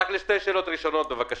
בן